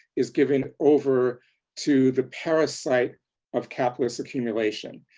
is given over to the parasite of capitalist accumulation,